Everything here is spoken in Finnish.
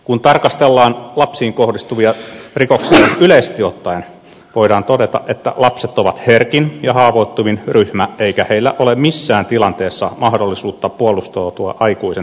kun tarkastellaan lapsiin kohdistuvia rikoksia yleisesti ottaen voidaan todeta että lapset ovat herkin ja haavoittuvin ryhmä eikä heillä ole missään tilanteessa mahdollisuutta puolustautua aikuisen tavoin